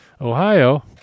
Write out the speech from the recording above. Ohio